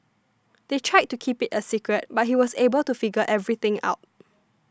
they tried to keep it a secret but he was able to figure everything out